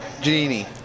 Genie